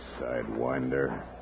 sidewinder